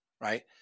right